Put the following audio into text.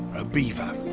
a beaver,